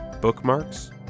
bookmarks